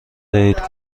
دهید